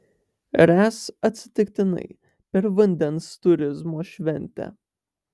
ręs atsitiktinai per vandens turizmo šventę